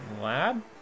Lab